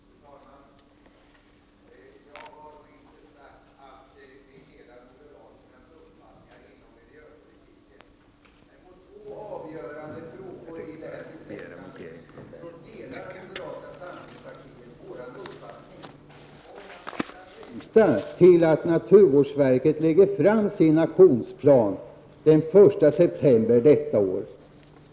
Fru talman! Jag har inte sagt att jag delar moderaternas uppfattning inom miljöpolitiken. Men i två avgörande frågor som behandlas i det här betänkandet delar moderata samlingspartiet vår uppfattning. Vi måste vänta tills naturvårdsverket lägger fram sin aktionsplan den 1 september i år.